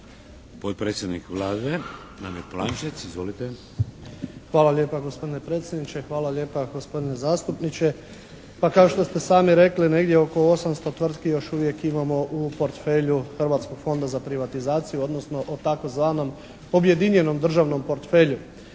Potpredsjednik Vlade, Damir Polančec. Izvolite. **Polančec, Damir (HDZ)** Hvala lijepa gospodine predsjedniče, hvala lijepa gospodine zastupniče. Pa kao što ste sami rekli negdje oko 800 tvrtki još uvijek imamo u portfelju Hrvatskog fonda za privatizaciju, odnosno o tzv. objedinjenom državnom portfelju.